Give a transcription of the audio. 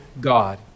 God